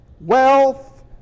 wealth